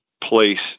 place